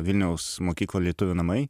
vilniaus mokyklą lietuvių namai